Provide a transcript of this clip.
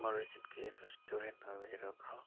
ꯃꯔꯤꯖꯤꯠꯀꯤ restaurant ꯍꯥꯡꯕꯤꯔꯕ꯭ꯔꯣ